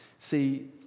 See